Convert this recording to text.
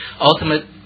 ultimate